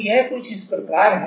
तो यह कुछ इस प्रकार है